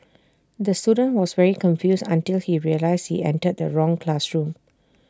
the student was very confused until he realised he entered the wrong classroom